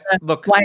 look